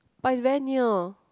but is very near